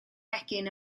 gegin